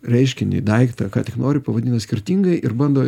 reiškinį daiktą ką tik nori pavadina skirtingai ir bando